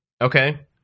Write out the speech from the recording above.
Okay